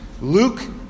Luke